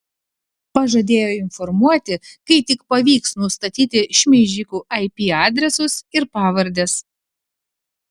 pažadėjo informuoti kai tik pavyks nustatyti šmeižikų ip adresus ir pavardes